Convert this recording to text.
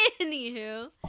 anywho